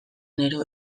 genero